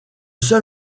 seul